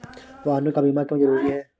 वाहनों का बीमा क्यो जरूरी है?